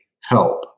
help